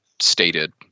stated